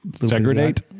Segregate